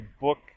book